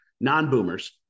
non-boomers